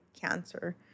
cancer